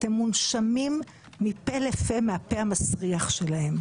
אתם מונשמים מפה לפה מהפה המסריח שלהם.